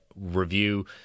review